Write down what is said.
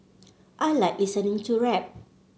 I like listening to rap